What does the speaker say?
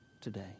today